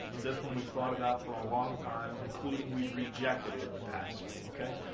this one we've thought about for a long time, including we've rejected it in the past, okay.